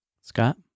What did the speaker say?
Scott